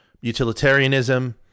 Utilitarianism